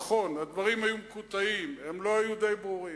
נכון, הדברים היו מקוטעים, הם לא היו די ברורים.